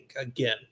again